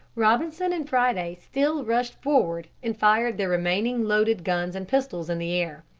robinson and friday still rushed forward and fired their remaining loaded guns and pistols in the air.